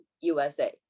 USA